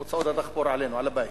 הוצאות הדחפור עלינו, על הבית.